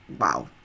Wow